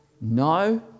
No